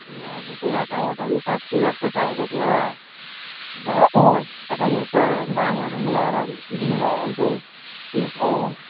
ए हजुर त्यही त टमटर पनि पाँच किलो जस्तो चाहिएको थियो हो अन्त तपाईँले यसो दामहरू मिलाएर दिनुभयो भने चाहिँ किन्नु पर्यो भ